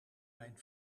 mijn